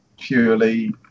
Purely